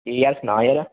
सनां जरा